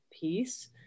piece